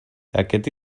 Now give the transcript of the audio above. aquest